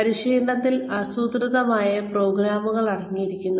പരിശീലനത്തിൽ ആസൂത്രിതമായ പ്രോഗ്രാമുകൾ അടങ്ങിയിരിക്കുന്നു